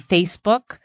Facebook